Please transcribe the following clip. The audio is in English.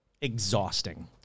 exhausting